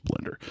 blender